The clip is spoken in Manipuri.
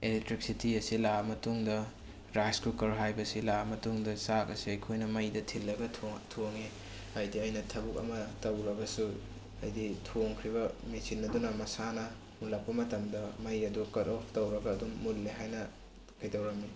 ꯑꯦꯂꯦꯛꯇ꯭ꯔꯤꯁꯤꯇꯤ ꯑꯁꯤ ꯂꯥꯛꯑ ꯃꯇꯨꯡꯗ ꯔꯥꯏꯁ ꯀꯨꯀꯔ ꯍꯥꯏꯕꯁꯤ ꯂꯥꯛꯑ ꯃꯇꯨꯡꯗ ꯆꯥꯛ ꯑꯁꯤ ꯑꯩꯈꯣꯏꯅ ꯃꯩꯗ ꯊꯤꯜꯂꯒ ꯊꯣꯡꯉꯤ ꯍꯥꯏꯗꯤ ꯑꯩꯅ ꯊꯕꯛ ꯑꯃ ꯇꯧꯔꯕꯁꯨ ꯍꯥꯏꯗꯤ ꯊꯣꯡꯈ꯭ꯔꯤꯕ ꯃꯦꯆꯤꯟ ꯑꯗꯨꯅ ꯃꯁꯥꯅ ꯃꯨꯟꯂꯛꯄ ꯃꯇꯝꯗ ꯃꯩ ꯑꯗꯣ ꯀꯠ ꯑꯣꯐ ꯇꯧꯔꯒ ꯃꯨꯠꯂꯦ ꯍꯥꯏꯅ ꯀꯩꯗꯧꯔꯝꯃꯤ